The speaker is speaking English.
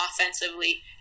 offensively